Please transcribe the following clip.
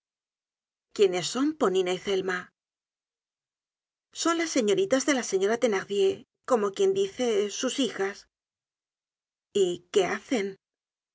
quiénes son ponina y zelma son las señoritas de la señora thenardier como quien dice sus hijas y qué hacen